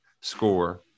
score